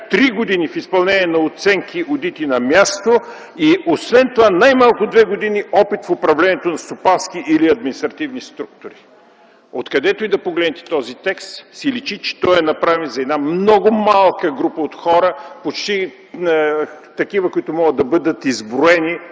три години в изпълнение на оценки/одити на място, и освен това най-малко две години опит в управлението на стопански или административни структури. Откъдето и да погледнете този текст си личи, че той е направен за една много малка група от хора, които могат да бъдат изброени